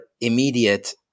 immediate